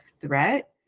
threat